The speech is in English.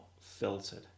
filtered